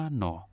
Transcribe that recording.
no